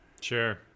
sure